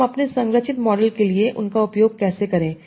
अब हम अपने संरचित मॉडल के लिए उन का उपयोग कैसे करें